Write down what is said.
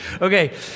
Okay